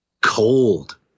cold